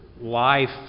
life